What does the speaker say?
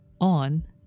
on